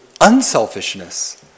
unselfishness